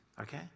okay